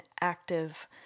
active